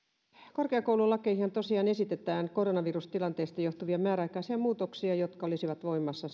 korkeakoululakeihin tosiaan esitetään koronavirustilanteesta johtuvia määräaikaisia muutoksia jotka olisivat voimassa